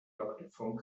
verknüpfung